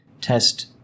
test